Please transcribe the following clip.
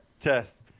test